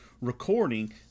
recording